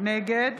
נגד